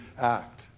act